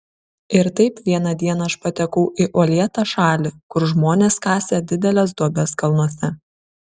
ir taip vieną dieną aš patekau į uolėtą šalį kur žmonės kasė dideles duobes kalnuose